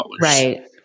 Right